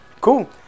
Cool